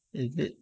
is it